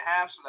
half